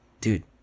dude